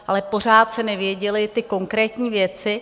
Ale pořád se nevěděly ty konkrétní věci.